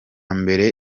mbere